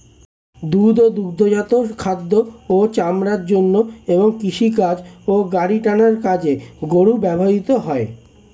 দুধ ও দুগ্ধজাত খাদ্য ও চামড়ার জন্য এবং কৃষিকাজ ও গাড়ি টানার কাজে গরু ব্যবহৃত হয়